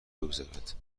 بگذرد